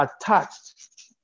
attached